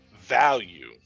value